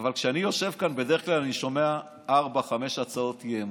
אבל כשאני יושב כאן בדרך כלל אני שומע ארבע-חמש הצעות אי-אמון.